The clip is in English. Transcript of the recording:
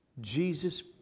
Jesus